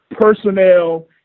personnel